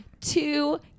two